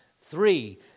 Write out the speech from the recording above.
three